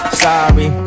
sorry